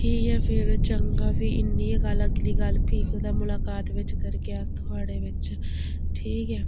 ठीक फिर चंगा बी इ'न्नी गै गल्ल अगली गल्ल मुलाकात बिच्च करगे गै थुआढ़े बिच्च ठीक ऐ